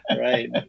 right